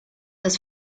das